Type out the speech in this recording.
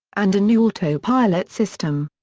and a new autopilot system.